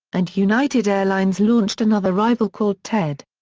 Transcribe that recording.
and united airlines launched another rival called ted.